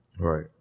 Right